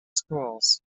schools